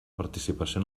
participació